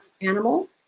animal